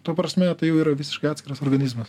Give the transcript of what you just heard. ta prasme tai jau yra visiškai atskiras organizmas